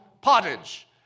pottage